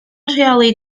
rheoli